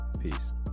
Peace